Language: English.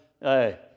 Hey